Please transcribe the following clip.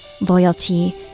loyalty